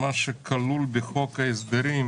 שכלול בחוק ההסדרים,